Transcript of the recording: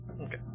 Okay